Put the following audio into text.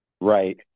Right